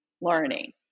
learning